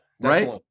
right